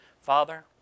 Father